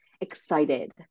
excited